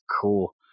cool